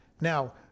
Now